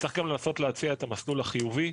צריך גם לנסות להציע את המסלול החיובי.